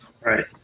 Right